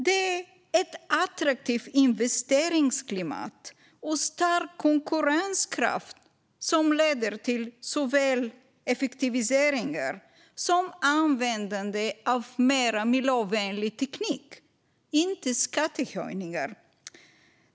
Det är ett attraktivt investeringsklimat och stark konkurrenskraft som leder till såväl effektiviseringar som användande av mer miljövänlig teknik, inte skattehöjningar.